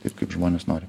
taip kaip žmonės nori